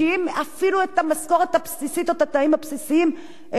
את התנאים הבסיסיים הם לא יכולים להוציא.